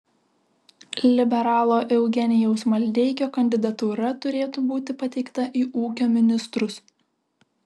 liberalo eugenijaus maldeikio kandidatūra turėtų būti pateikta į ūkio ministrus